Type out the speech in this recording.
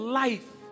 life